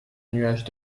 nuage